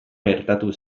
gertatu